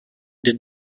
den